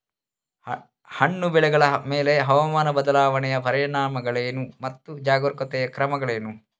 ಹಣ್ಣು ಬೆಳೆಗಳ ಮೇಲೆ ಹವಾಮಾನ ಬದಲಾವಣೆಯ ಪರಿಣಾಮಗಳೇನು ಮತ್ತು ಜಾಗರೂಕತೆಯಿಂದ ಕ್ರಮಗಳೇನು?